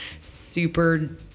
super